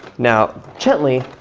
now gently,